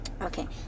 Okay